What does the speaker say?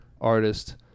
artist